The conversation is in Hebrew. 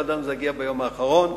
לא ידענו שזה יגיע ביום האחרון.